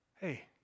Hey